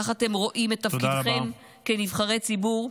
כך אתם רואים את תפקידכם כנבחרי ציבור?